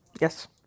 Yes